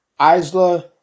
Isla